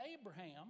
Abraham